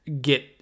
get